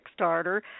Kickstarter